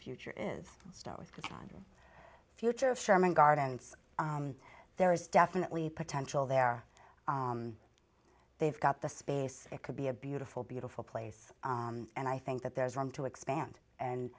future is start with the plan future of sherman gardens there is definitely potential there they've got the space it could be a beautiful beautiful place and i think that there's room to expand and